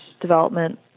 development